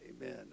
amen